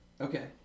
okay